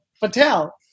Patel